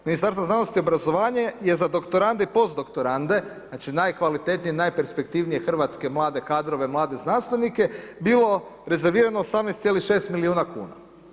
Ministarstvo znanosti i obrazovanja je za doktorande i postdoktorande znači najkvalitenije i najperspektivnije hrvatske mlade kadrove, mlade znanstvenike bilo rezervirano 18,6 milijuna kuna.